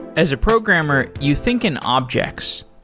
as a programmer, you think an object.